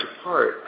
apart